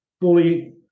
fully